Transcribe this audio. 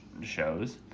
shows